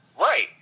Right